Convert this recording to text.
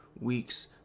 weeks